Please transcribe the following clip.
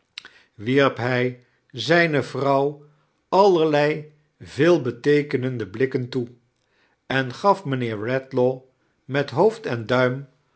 wierp hij zijne vrouw allerlei veelbeteekenewde blikken toe en gaf mynheer redla-w met hoofd en duim